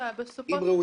רציני,